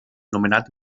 nomenat